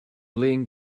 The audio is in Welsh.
flin